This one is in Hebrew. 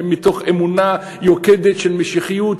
מתוך אמונה יוקדת של משיחיות,